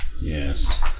Yes